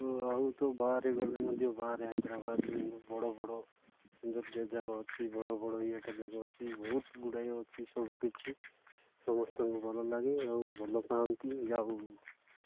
ଆଉ ତ ବାହାରେ ଗଲେ ମଧ୍ୟ ବାହାରେ ହାଇଦ୍ରାବାଦ ବଡ଼ ବଡ଼ ସୌନ୍ଦର୍ଯ୍ୟ ଜାଗା ଅଛି ବଡ଼ ବଡ଼ ଇଏଟା ଜାଗା ଅଛି ବହୁତ ଗୁଡ଼ାଏ ଅଛି ସବୁକିଛି ସମସ୍ତଙ୍କୁ ଭଲ ଲାଗେ ଆଉ ଭଲ ପାଆନ୍ତି ଆଉ